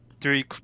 three